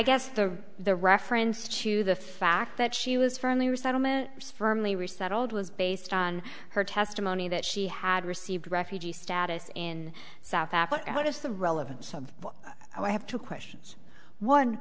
guess the the reference to the fact that she was firmly resettlement was firmly resettled was based on her testimony that she had received refugee status in south africa what is the relevance of i have two questions one